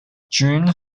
during